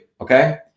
Okay